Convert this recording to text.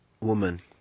Woman